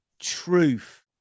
truth